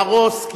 להרוס,